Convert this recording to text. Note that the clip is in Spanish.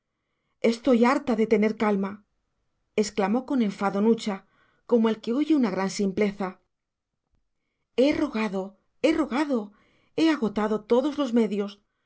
estoy harta de tener calma exclamó con enfado nucha como el que oye una gran simpleza he rogado he rogado he agotado todos los medios